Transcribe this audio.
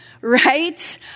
right